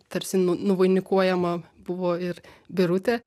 tarsi nu nuvainikuojama buvo ir birutė